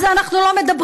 על זה אנחנו לא מדברים.